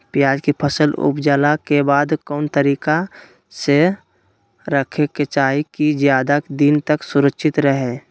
प्याज के फसल ऊपजला के बाद कौन तरीका से रखे के चाही की ज्यादा दिन तक सुरक्षित रहय?